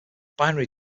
binary